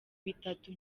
bitatu